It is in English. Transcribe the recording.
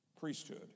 priesthood